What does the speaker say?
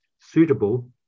suitable